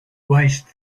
waste